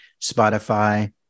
spotify